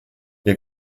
ihr